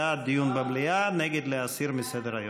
בעד, דיון במליאה, נגד, להסיר מסדר-היום.